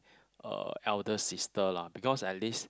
uh elder sister lah because at least